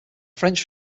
french